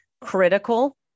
critical